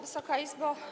Wysoka Izbo!